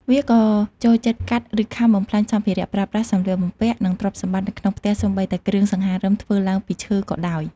វាក៏ចូលចិត្តកាត់ ឬខាំបំផ្លាញសម្ភារៈប្រើប្រាស់ សម្លៀកបំពាក់ និងទ្រព្យសម្បត្តិនៅក្នុងផ្ទះសូម្បីតែគ្រឿងសង្ហារឹមធ្វើឡើងពីឈើក៏ដោយ។